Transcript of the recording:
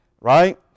right